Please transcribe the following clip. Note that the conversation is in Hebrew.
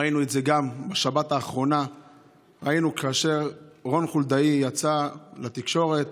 ראינו את זה גם בשבת האחרונה כאשר רון חולדאי יצא לתקשורת